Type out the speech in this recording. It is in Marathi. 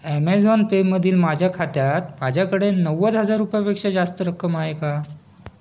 ॲमेझॉन पेमधील माझ्या खात्यात माझ्याकडे नव्वद हजार रुपयांपेक्षा जास्त रक्कम आहे का